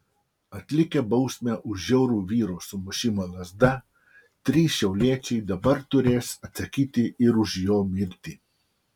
atlikę bausmę už žiaurų vyro sumušimą lazda trys šiauliečiai dabar turės atsakyti ir už jo mirtį